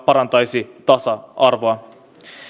parantaisi tasa arvoa